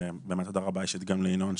תודה רבה אישית גם לינון.